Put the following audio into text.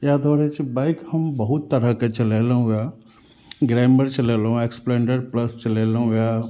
इएह दुआरे छै बाइक हम बहुत तरहके चलेलहुॅं वएह ग्राइम्बर चलेलहुॅं एक्सप्लेंडर प्लस चलेलहुॅं वएह